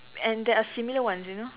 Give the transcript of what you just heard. and there are similar ones you know